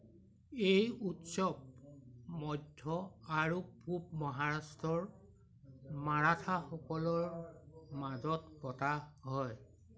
এই উৎসৱ মধ্য আৰু পূব মহাৰাষ্ট্ৰৰ মাৰাঠাসকলৰ মাজত পতা হয়